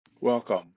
Welcome